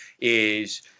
is-